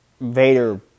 Vader